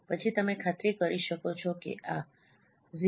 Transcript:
પછી તમે ખાતરી કરી શકો છો કે જો આ 0